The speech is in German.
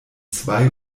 zwei